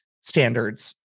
standards